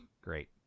Great